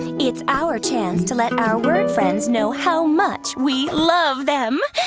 its our chance to let our word friends know how much we love them.